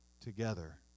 together